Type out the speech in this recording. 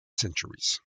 centuries